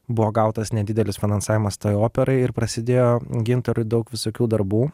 buvo gautas nedidelis finansavimas tai operai ir prasidėjo gintarui daug visokių darbų